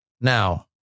Now